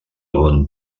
bon